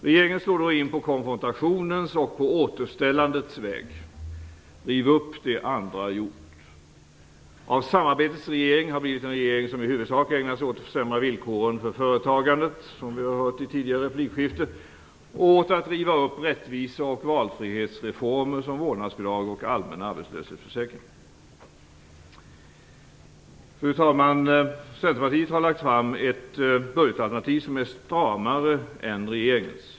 Regeringen slår då in på konfrontationens och på återställandets väg. Riv upp det andra har gjort! Av "samarbetets regering" har blivit en regering som i huvudsak ägnat sig åt att försämra villkoren för företagande - som vi hörde i det tidigare replikskiftet - och åt att riva upp rättvise och valfrihetsreformer som vårdnadsbidrag och allmän arbetslöshetsförsäkring. Fru talman! Centerpartiet har lagt fram ett budgetalternativ som är stramare än regeringens.